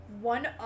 one